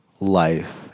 life